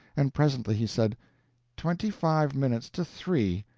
and presently he said twenty-five minutes to three!